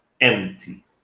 empty